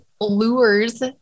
lures